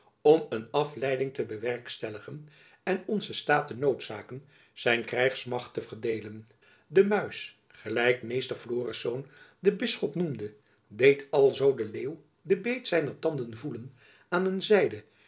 om een afleiding te bewerkstelligen en onzen staat te noodzaken zijn krijgsmacht te verdeelen de muis gelijk meester florisz den bisschop noemde deed alzoo den leeuw den beet zijner tanden voelen aan een zijde